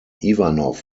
ivanov